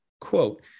quote